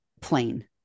plain